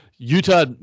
Utah